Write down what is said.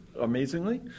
amazingly